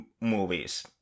movies